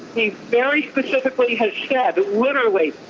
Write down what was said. he very specifically has said, literally,